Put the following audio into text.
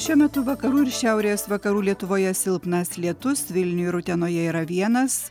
šiuo metu vakarų ir šiaurės vakarų lietuvoje silpnas lietus vilniuj ir utenoje yra vienas